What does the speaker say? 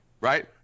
right